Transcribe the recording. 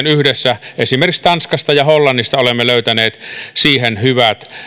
yhdessä esimerkiksi tanskasta ja hollannista olemme löytäneet siihen hyvät